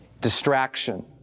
distraction